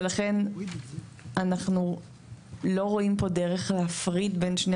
ולכן אנחנו לא רואים פה דרך להפריד בין שני